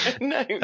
No